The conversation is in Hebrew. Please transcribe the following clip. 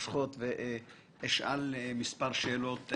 לאחרונה גם עסקתם בבדיקת השפעתם של יועצי משכנתאות על התחרות.